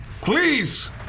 Please